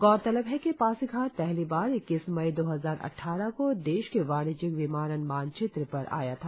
गौरतलब है कि पासीघाट पहली बार इक्कीस मई दो हजार अट्टारह को देश के वाणिज्यिक विमानन मानचित्र पर आया था